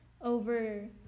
over